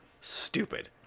stupid